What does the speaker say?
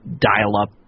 dial-up